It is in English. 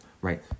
right